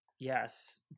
Yes